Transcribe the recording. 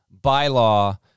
bylaw